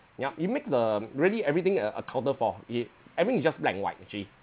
yup it make the really everything a accounted for it I mean it's just black and white actually